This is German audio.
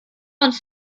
uns